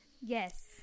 yes